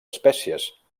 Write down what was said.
espècies